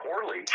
poorly